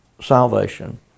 salvation